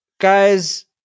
Guys